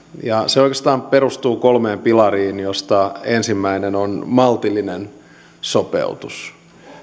ja se oikeastaan perustuu kolmeen pilariin joista ensimmäinen on maltillinen sopeutus